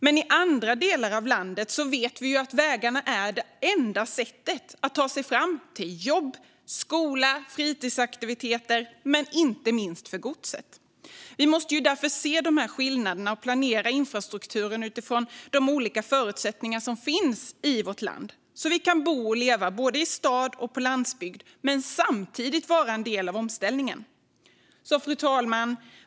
Men i andra delar av landet vet vi att vägarna är enda sättet att ta sig fram till jobb, skola och fritidsaktiviteter och inte minst för godset. Vi måste se dessa skillnader och planera infrastrukturen utifrån de olika förutsättningar som finns i vårt land. Så kan vi bo och leva både i stad och på landsbygd och samtidigt vara en del av omställningen. Fru talman!